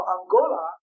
Angola